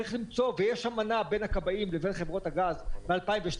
יש אמנה בין הכבאים לבין חברות הגז מ-2012,